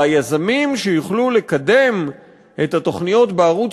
והיזמים שיוכלו לקדם את התוכניות בערוץ